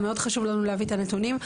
מאוד חשוב לנו להביא את הנתונים,